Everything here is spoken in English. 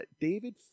David